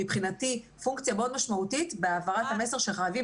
מבחינתי פונקציה מאוד משמעותית בהעברת המסר שחייבים